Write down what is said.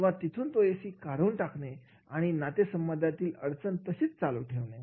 किंवा तिथून तो एसी काढून टाकणे आणि नातेसंबंधांमधील समस्यातसेच चालू ठेवणे